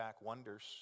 wonders